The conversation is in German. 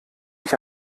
ich